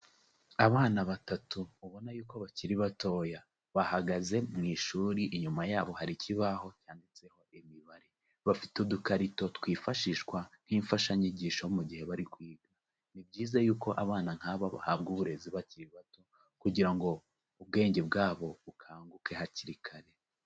Abana batatu ubona yuko bakiri batoya, bahagaze mu ishuri, inyuma yabo hari ikibaho cyanditseho imibare. Bafite udukarito twifashishwa nk'imfashanyigisho mu gihe bari kwiga. Ni byiza yuko abana nk'aba bahabwa uburezi bakiri bato, kugira ngo ubwenge bwabo bukanguke hakiri kare.